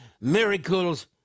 miracles